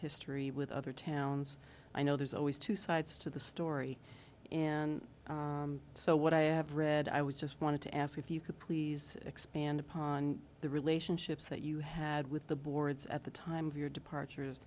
history with other towns i know there's always two sides to the story and so what i have read i was just wanted to ask if you could please expand upon the relationships that you had with the boards at the time of your departure